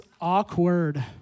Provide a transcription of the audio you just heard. awkward